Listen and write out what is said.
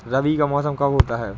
रबी का मौसम कब होता हैं?